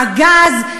הגז,